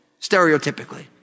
stereotypically